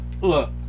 look